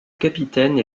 capitaine